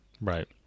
Right